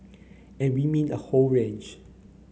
and we mean a whole range